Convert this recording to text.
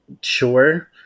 sure